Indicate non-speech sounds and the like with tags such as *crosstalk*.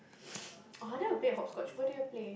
*noise* orh then I will play the hopscotch what do you want to play